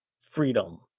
freedom